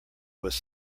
was